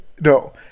No